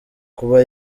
kuba